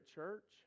church